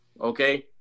Okay